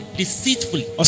deceitfully